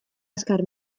azkar